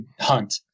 hunt